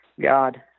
God